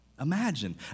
Imagine